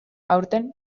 aurten